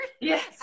Yes